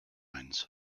mines